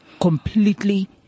completely